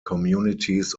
communities